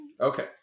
Okay